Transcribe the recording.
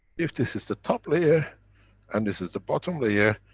if this is the top layer and this is the bottom layer,